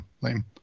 lame